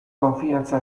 konfiantza